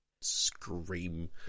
scream